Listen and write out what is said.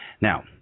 now